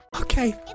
Okay